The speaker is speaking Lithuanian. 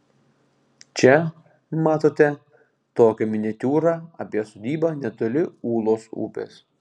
čia matote tokia miniatiūra apie sodybą netoli ūlos upės